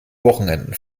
wochenenden